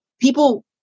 people